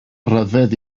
ryfedd